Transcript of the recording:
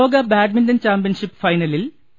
ലോക badminton championship ഫൈനലിൽ P